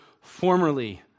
formerly